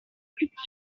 politique